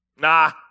Nah